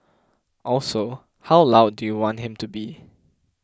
also how loud do you want him to be